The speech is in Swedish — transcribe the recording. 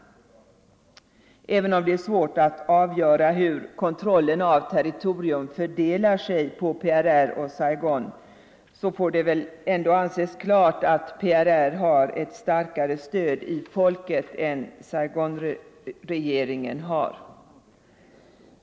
Även om det är svårt att avgöra hur kontrollen av territorium fördelar sig på PRR och Saigon får det väl ändå anses klart att PRR har ett starkare stöd i folket än vad Saigonregeringen har.